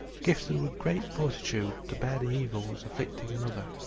gifted with great fortitude to bear the evils afflicting another.